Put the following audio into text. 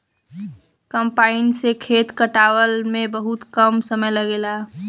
combine से खेत कटावला में बहुते कम समय लागेला